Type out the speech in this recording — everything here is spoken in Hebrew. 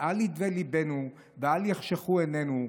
ואל ידווה ליבנו ואל יחשכו עינינו,